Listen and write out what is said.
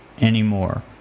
anymore